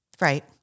Right